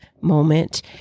moment